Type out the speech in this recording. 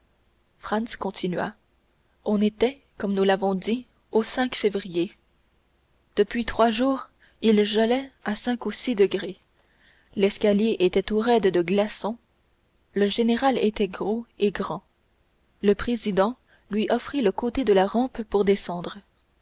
franz continua on était comme nous l'avons dit au février depuis trois jours il gelait à cinq ou six degrés l'escalier était tout raide de glaçons le général était gros et grand le président lui offrit le côté de la rampe pour descendre